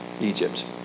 Egypt